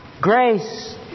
Grace